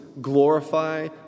glorify